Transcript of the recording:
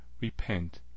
repent